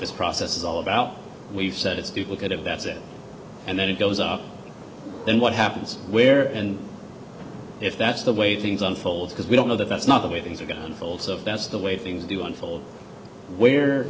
this process is all about we've said it's duplicative that's it and then it goes up then what happens where and if that's the way things unfold because we don't know that that's not the way things are going to unfold so that's the way things do unfold we're